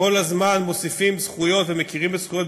וכל הזמן מוסיפים זכויות ומכירים בזכויות,